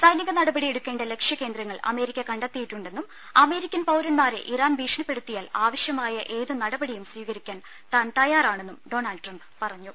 സൈനിക നടപടി എടുക്കേണ്ട ലക്ഷ്യക്യേന്ദ്രങ്ങൾ അമേരിക്ക കണ്ടെത്തിയിട്ടുണ്ടെന്നും അമേരിക്കൻ പൌരന്മാരെ ഇറാൻ ഭീഷണിപ്പെടുത്തിയാൽ ആവശ്യമായ ഏതു നട പടിയും സ്വീകരിക്കാൻ താൻ തയ്യാറാണെന്നും ഡൊണാൾഡ് ട്രംപ് പറഞ്ഞു